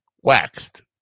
waxed